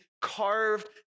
carved